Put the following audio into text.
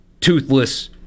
toothless